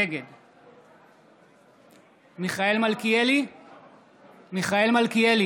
נגד מיכאל מלכיאלי,